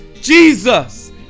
Jesus